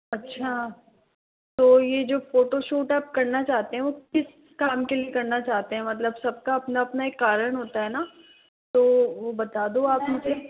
अच्छा तो ये जो फोटोशूट है आप करना चाहते हैं वो किस काम के लिए करना चाहते हैं मतलब सबका अपना अपना एक कारण होता है ना तो वो बता दो आप मुझे